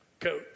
coat